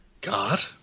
god